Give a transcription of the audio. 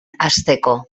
hasteko